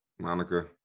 Monica